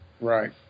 Right